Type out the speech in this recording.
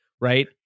right